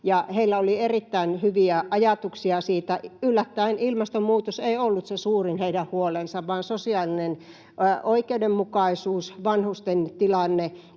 Heillä oli erittäin hyviä ajatuksia siitä. Yllättäen ilmastonmuutos ei ollut heidän se suurin huoli vaan sosiaalinen oikeudenmukaisuus, vanhusten tilanne